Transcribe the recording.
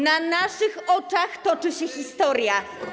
Na naszych oczach toczy się historia.